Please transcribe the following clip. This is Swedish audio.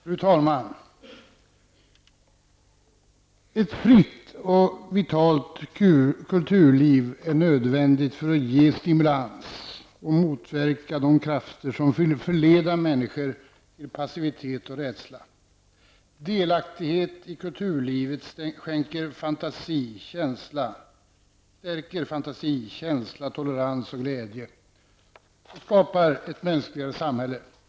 Fru talman! Ett fritt och vitalt kulturliv är nödvändigt för att ge stimulans och motverka de krafter som vill förleda människor till passivitet och rädsla. Delaktighet i kulturlivet stärker fantasi, känsla, tolerans och glädje och skapar ett mänskligare samhälle.